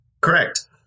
Correct